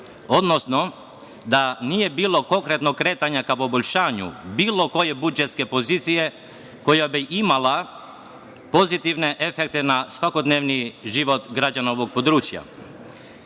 odnosno da nije bilo konkretnog kretanja ka poboljšanju bilo koje budžetske pozicije koja bi imala pozitivne efekte na svakodnevni život građana ovog područja. Iako